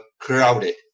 crowded